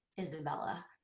Isabella